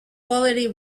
quality